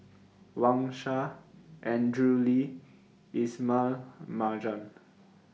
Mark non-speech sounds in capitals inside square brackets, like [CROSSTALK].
Wang Sha Andrew Lee Ismail Marjan [NOISE]